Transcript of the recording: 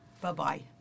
Bye-bye